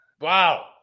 Wow